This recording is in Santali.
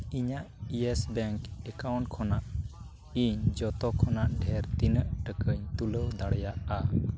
ᱤᱧᱟᱹᱜ ᱤᱭᱮᱥ ᱵᱮᱝᱠ ᱮᱠᱟᱣᱩᱱᱴ ᱠᱷᱚᱱᱟᱜ ᱤᱧ ᱡᱚᱛᱚ ᱠᱷᱚᱱᱟᱜ ᱰᱷᱮᱨ ᱛᱤᱱᱟᱹᱜ ᱴᱟᱠᱟᱧ ᱛᱩᱞᱟᱹᱣ ᱫᱟᱲᱮᱭᱟᱜᱼᱟ